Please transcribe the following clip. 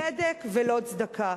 צדק ולא צדקה.